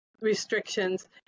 restrictions